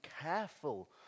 careful